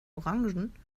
orangen